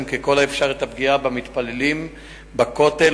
1 2. אדוני היושב-ראש,